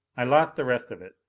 i lost the rest of it.